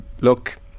look